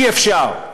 אי-אפשר,